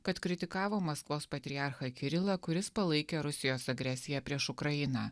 kad kritikavo maskvos patriarchą kirilą kuris palaikė rusijos agresiją prieš ukrainą